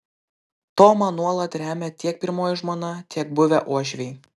tomą nuolat remia tiek pirmoji žmona tiek buvę uošviai